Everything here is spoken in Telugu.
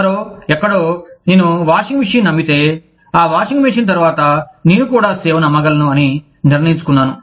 ఎవరో ఎక్కడో నేను వాషింగ్ మెషీన్ను అమ్మితే ఆ వాషింగ్ మెషీన్ తరువాత నేను కూడా సేవను అమ్మగలను అని నిర్ణయించుకున్నాను